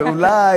אולי,